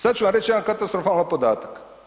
Sad ću vam reći jedan katastrofalan podatak.